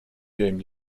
game